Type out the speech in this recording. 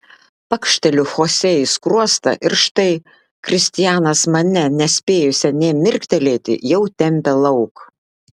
pakšteliu chosė į skruostą ir štai kristianas mane nespėjusią nė mirktelėti jau tempia lauk